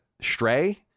stray